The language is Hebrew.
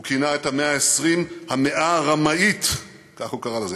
הוא כינה את המאה ה-20 "המאה הרמאית"; כך הוא קרא לזה,